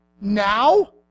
Now